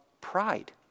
pride